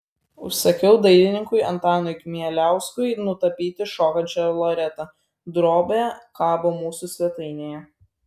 užsakiau dailininkui antanui kmieliauskui nutapyti šokančią loretą drobė kabo mūsų svetainėje